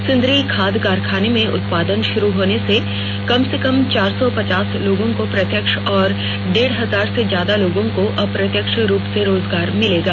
सिंदरी खाद कारखाने में उत्पादन शुरू होने से कम से कम चार सौ पचास लोगों को प्रत्यक्ष और डेढ़ हजार से ज्यादा लोगों को अप्रत्यक्ष रूप से रोजगार मिलेगा